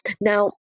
Now